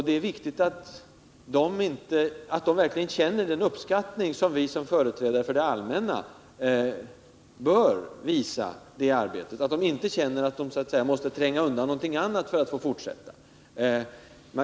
Det är viktigt att de verkligen känner den uppskattning som vi som företrädare för det allmänna bör visa det här arbetet, och de bör alltså inte få känslan av att de måste tränga undan någonting annat för att få fortsätta.